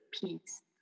peace